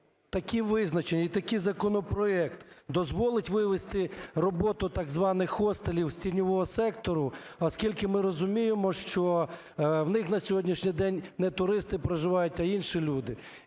такі визначення і такий законопроект дозволить вивести роботу так званих хостелів з тіньового сектору, оскільки ми розуміємо, що в них на сьогоднішній день не туристи проживають, а інші люди?